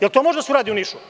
Jel to može da se uradi u Nišu?